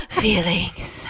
feelings